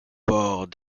port